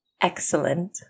Excellent